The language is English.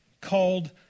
called